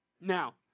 Now